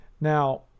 Now